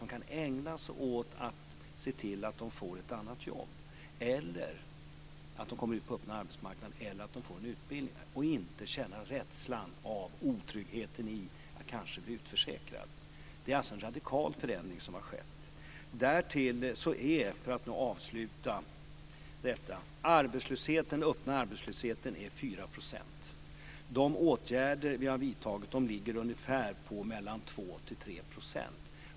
De kan ägna sig åt att se till att de får ett annat jobb, att de kommer ut på den öppna arbetsmarknaden eller att de får en utbildning utan att känna rädslan av otryggheten i att kanske bli utförsäkrad. Det är alltså en radikal förändring som har skett. Dessutom, för att avsluta debatten: Den öppna arbetslösheten ligger på 4 %. När det gäller de åtgärder som vi har vidtagit är det fråga om ungefär 2-3 %.